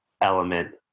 element